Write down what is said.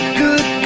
good